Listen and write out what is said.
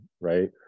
Right